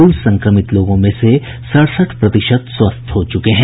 कुल संक्रमित लोगों में से सड़सठ प्रतिशत स्वस्थ हो चुके हैं